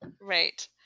right